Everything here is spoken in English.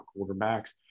quarterbacks